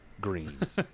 Greens